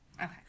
Okay